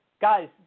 Guys